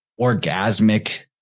orgasmic